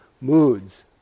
moods